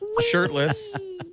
Shirtless